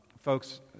folks